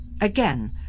Again